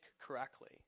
correctly